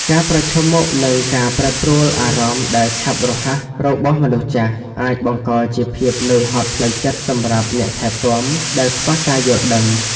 ការប្រឈមមុខនឹងការប្រែប្រួលអារម្មណ៍ដែលឆាប់រហ័សរបស់មនុស្សចាស់ អាចបង្កជាភាពនឿយហត់ផ្លូវចិត្តសម្រាប់អ្នកថែទាំដែលខ្វះការយល់ដឹង។